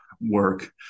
work